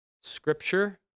Scripture